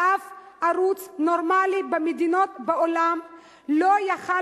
אף ערוץ נורמלי במדינות בעולם לא היה יכול